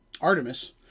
Artemis